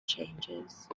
changes